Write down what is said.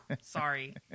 Sorry